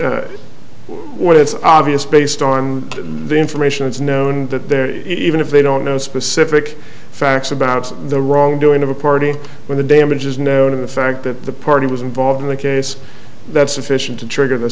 that what it's obvious based on the information it's known that there is even if they don't know specific facts about the wrongdoing of a party where the damage is known and the fact that the party was involved in a case that's sufficient to trigger the